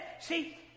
See